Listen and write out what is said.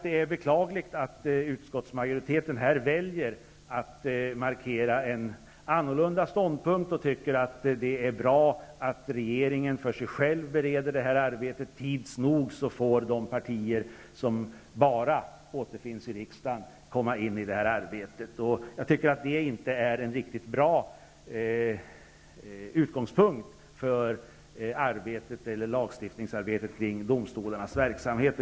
Det är beklagligt att utskottsmajoriteten väljer att markera en annorlunda ståndpunkt och tycker att det är bra att regeringen för sig själv bereder detta arbete och att de partier som återfinns bara i riksdagen tids nog får komma in i det arbetet. Det är inte en riktigt bra utgångspunkt för lagstiftningsarbetet kring domstolarnas verksamhet.